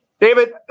David